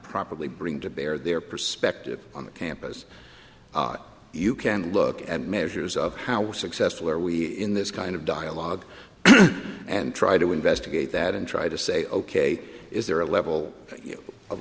properly bring to bear their perspective on the campus you can look at measures of how successful are we in this kind of dialogue and try to investigate that and try to say ok is there a level of